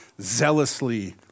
zealously